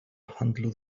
handlu